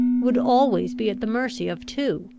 would always be at the mercy of two.